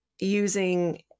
using